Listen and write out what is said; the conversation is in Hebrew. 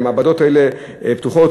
המעבדות האלה פתוחות,